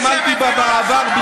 האמנתי בה בעבר,